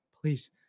please